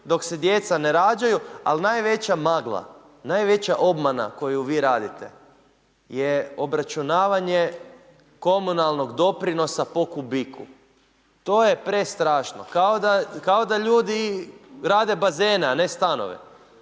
dok se djeca ne rađaju, ali najveća magla, najveća obmana koju vi radite je obračunavanje komunalnog doprinosa po kubiku. To je prestrašno. Kao da ljudi rade bazene, a ne stanove.